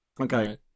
Okay